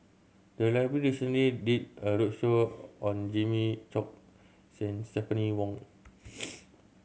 the library recently did a roadshow on Jimmy Chok Stephanie Wong